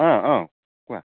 অ অ কোৱা